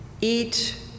eat